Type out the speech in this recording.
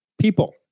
people